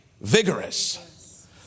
vigorous